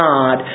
God